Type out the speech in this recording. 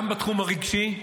גם בתחום הרגשי,